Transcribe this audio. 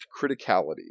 criticality